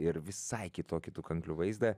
ir visai kitokį tų kanklių vaizdą